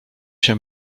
się